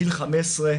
בגיל 15,